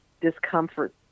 discomfort